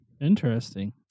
Interesting